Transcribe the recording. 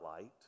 light